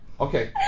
Okay